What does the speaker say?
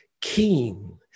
keen